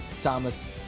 thomas